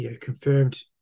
confirmed